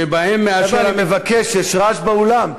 שבהם, חבר'ה, אני מבקש, יש רעש באולם.